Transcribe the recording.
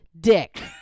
dick